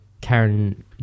Karen